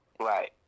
Right